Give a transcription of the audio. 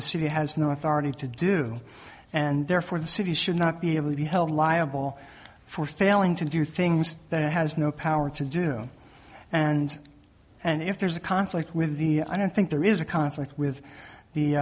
the city has no authority to do and therefore the city should not be able to be held liable for failing to do things that has no power to do and and if there's a conflict with the i don't think there is a conflict with